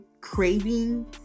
craving